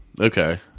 Okay